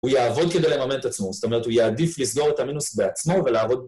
הוא יעבוד כדי לממן את עצמו, זאת אומרת הוא יעדיף לסגור את המינוס בעצמו ולעבוד.